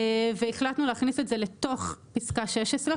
והחלטנו להכניס את זה לתוך פסקה (16),